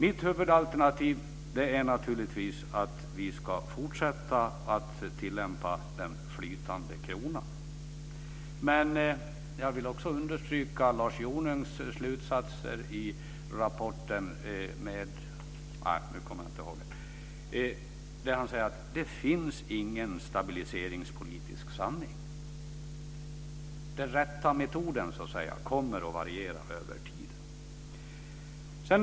Mitt huvudalternativ är naturligtvis att vi ska fortsätta att tillämpa den flytande kronan. Men jag vill också understryka Lars Jonungs slutsatser när han säger att det inte finns någon stabiliseringspolitisk sanning. Den rätta metoden kommer att variera över tiden.